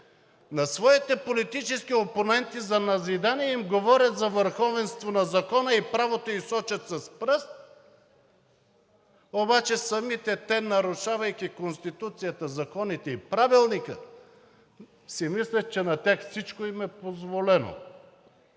на своите политически опоненти за върховенство на закона и правото и сочат с пръст. Обаче самите те, нарушавайки Конституцията, законите и Правилника, си мислят, че на тях всичко им е позволено.